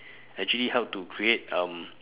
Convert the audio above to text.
actually help to create um